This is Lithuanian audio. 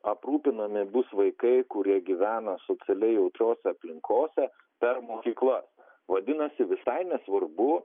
aprūpinami bus vaikai kurie gyvena socialiai jautriose aplinkose per mokyklas vadinasi visai nesvarbu